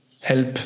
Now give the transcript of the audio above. help